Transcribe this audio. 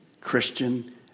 Christian